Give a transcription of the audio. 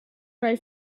ray